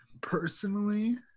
personally